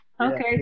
Okay